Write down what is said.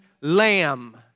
lamb